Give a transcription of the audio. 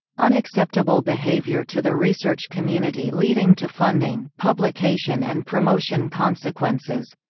unacceptable behaviour to the research community leading to funding, publication and promotion consequences